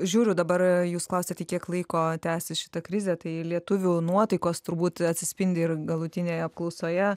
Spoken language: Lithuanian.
žiūriu dabar jūs klausiate kiek laiko tęsis šita krizė tai lietuvių nuotaikos turbūt atsispindi ir galutinėje apklausoje